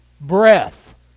breath